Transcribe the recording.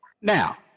Now